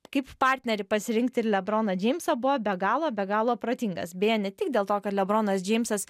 kaip partnerį pasirinkti ir lebroną džeimsą buvo be galo be galo protingas beje ne tik dėl to kad lebronas džeimsas